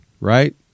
right